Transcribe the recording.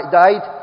died